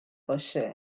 باشه